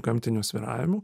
gamtinių svyravimų